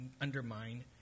undermine